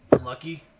Lucky